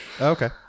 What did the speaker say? Okay